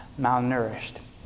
malnourished